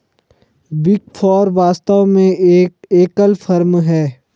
big four वास्तव में एक एकल फर्म है